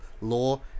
law